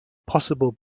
possible